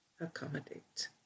accommodate